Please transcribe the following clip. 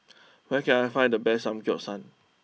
where can I find the best Samgyeopsal